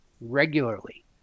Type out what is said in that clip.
regularly